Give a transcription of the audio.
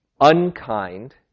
unkind